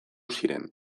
ziren